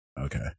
Okay